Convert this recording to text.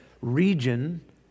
region